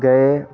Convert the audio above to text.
गए